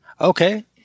Okay